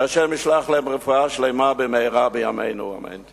שה' ישלח להם רפואה שלמה, במהרה בימינו אמן.